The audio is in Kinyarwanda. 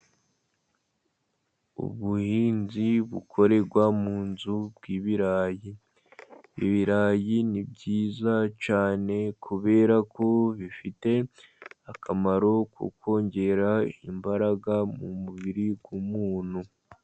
Ubuhinzi bukorerwa mu nzu bw'ibirayi. Ibirayi ni byiza cyane, kubera ko bifite akamaro ko kongera imbaraga mu mubiri w'umuntu.